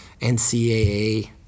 NCAA